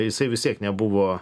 jisai vis tiek nebuvo